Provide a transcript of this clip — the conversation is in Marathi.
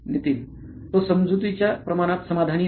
नितीन तो समजुतीच्या प्रमाणात समाधानी नाही